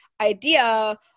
idea